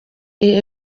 iri